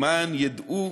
למען ידעו